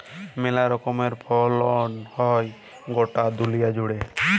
মেলা রকমের ফসল হ্যয় গটা দুলিয়া জুড়ে